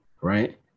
right